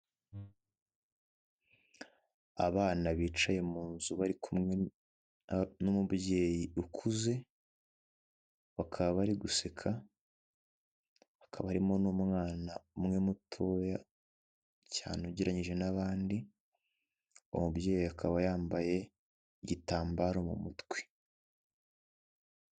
Abana bicaye mu nzu bari kumwe n'umubyeyi ukuze bakaba bari guseka hakaba harimo n'umwana umwe mutoya cyane ugereranyije n'abandi, umubyeyi akaba yambaye igitambaro mu mutwe.